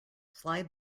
slide